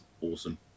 awesome